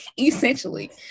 essentially